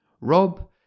Rob